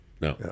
No